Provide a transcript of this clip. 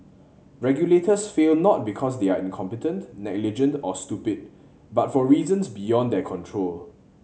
regulators fail not because they are incompetent negligent or stupid but for reasons beyond their control